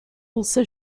also